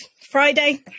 Friday